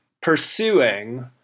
pursuing